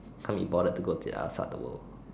can't be bothered to go to the other side of the world